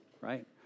right